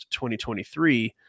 2023